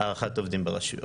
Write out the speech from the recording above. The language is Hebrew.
הערכת עובדים ברשויות.